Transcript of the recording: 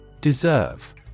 Deserve